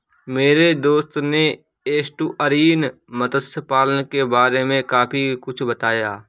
मेरे दोस्त ने एस्टुअरीन मत्स्य पालन के बारे में काफी कुछ बताया